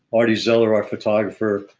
arty zeller, our photographer,